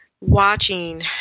watching